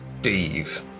Steve